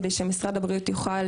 כדי שמשרד הבריאות יוכל